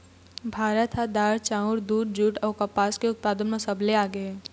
भारत ह दार, चाउर, दूद, जूट अऊ कपास के उत्पादन म सबले आगे हे